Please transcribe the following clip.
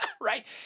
Right